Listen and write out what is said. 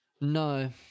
No